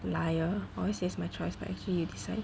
liar always say is my choice but actually you decide